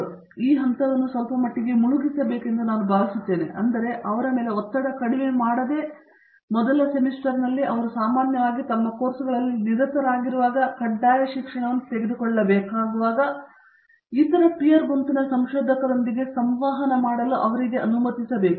ಹಾಗಾಗಿ ನಾವು ಈ ಹಂತವನ್ನು ಸ್ವಲ್ಪ ಮಟ್ಟಿಗೆ ಮುಳುಗಿಸಬೇಕೆಂದು ನಾನು ಭಾವಿಸುತ್ತೇನೆ ಅಂದರೆ ಅವುಗಳ ಮೇಲೆ ಒತ್ತಡವನ್ನು ಕಡಿಮೆ ಮಾಡದೆ ಮೊದಲ ಸೆಮಿಸ್ಟರ್ನಲ್ಲಿ ಅವರು ಸಾಮಾನ್ಯವಾಗಿ ತಮ್ಮ ಕೋರ್ಸ್ಗಳಲ್ಲಿ ನಿರತರಾಗಿರುವಾಗ ಕಡ್ಡಾಯ ಶಿಕ್ಷಣವನ್ನು ತೆಗೆದುಕೊಳ್ಳಬೇಕಾದರೆ ಇತರ ಪೀರ್ ಗುಂಪಿನ ಸಂಶೋಧಕರೊಂದಿಗೆ ಸಂವಹನ ಮಾಡಲು ನಾವು ಅವರನ್ನು ಅನುಮತಿಸಬೇಕು